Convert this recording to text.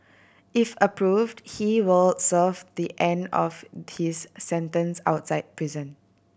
if approved he were serve the end of his sentence outside prison